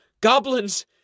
Goblins